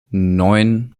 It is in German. neun